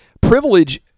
privilege